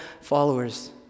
followers